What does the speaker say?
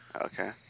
Okay